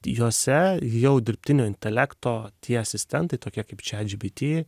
juose jau dirbtinio intelekto tie asistentai tokie kaip chat gpt